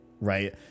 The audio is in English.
right